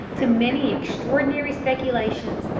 to many extraordinary speculations,